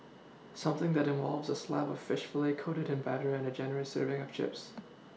something that involves a slab of fish fillet coated in batter and a generous serving of Chips